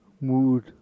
mood